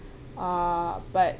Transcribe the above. uh but